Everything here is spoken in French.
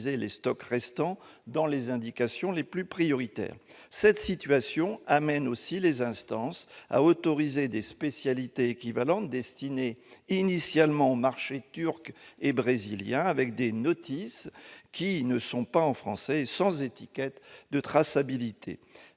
les stocks restants pour les indications les plus prioritaires. Cette situation conduit aussi les instances à autoriser des spécialités équivalentes destinées initialement aux marchés turc et brésilien, avec des notices qui ne sont pas en français et sans étiquette de traçabilité.